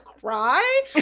cry